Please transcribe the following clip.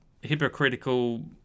hypocritical